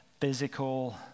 physical